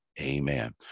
Amen